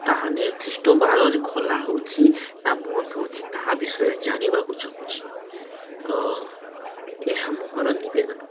ତାହା ନିର୍ଦ୍ଧିଷ୍ଟ ବାରରେ ଖୋଲା ହେଉଛି ନା ବନ୍ଦ ହେଉଛି ତାହା ବିଷୟରେ ଜାଣିବାକୁ ଚାହୁଁଛି ଏହା ମହର ନିବବେଦନ